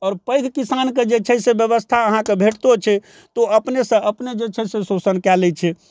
आओर पैघ किसानके जे छै से व्यवस्था अहाँके भेटतो छै तऽ ओ अपनेसँ अपने जे छै से शोषण कए लए छै